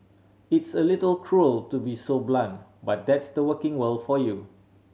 it's a little cruel to be so blunt but that's the working world for you